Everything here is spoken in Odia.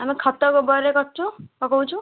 ଆମେ ଖତ ଗୋବରରେ କରୁଛୁ ପକଉଛୁ